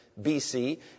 BC